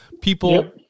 people